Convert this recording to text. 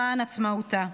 למען עצמאותה.